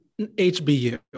HBU